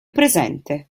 presente